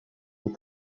est